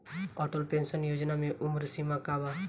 Atal pension योजना मे उम्र सीमा का बा?